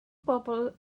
bobl